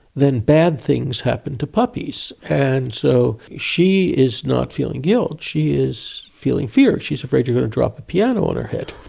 then bad things happen to puppies. and so she is not feeling guilt, she is feeling fear, she's afraid you're going to drop a piano on her head.